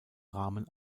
rahmen